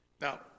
Now